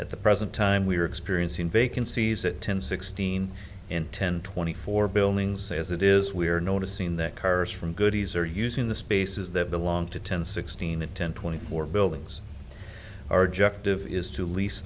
at the present time we are experiencing vacancies at ten sixteen in ten twenty four buildings as it is we are noticing that cars from goodies are using the spaces that belong to ten sixteen and ten twenty four buildings are jeff is to lease